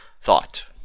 thought